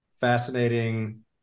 Fascinating